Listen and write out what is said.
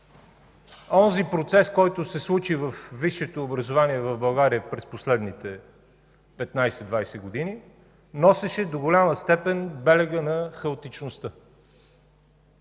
онзи процес, който се случи във висшето образование в България през последните 15 – 20 години, носеше до голяма степен белега на хаотичността.